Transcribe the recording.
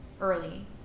early